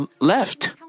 left